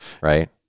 right